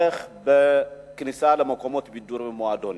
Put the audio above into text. הכניסה למקומות בידור ומועדונים.